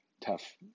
tough